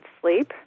sleep